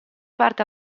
parte